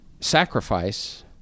sacrifice